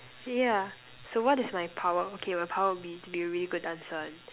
yeah so what is my power okay my power will be to be a really good dancer and